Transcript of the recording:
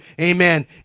Amen